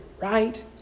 right